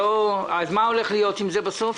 מה הולך להיות עם זה בסוף?